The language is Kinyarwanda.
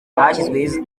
hashyizweho